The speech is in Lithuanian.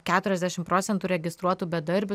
keturiasdešim procentų registruotų bedarbių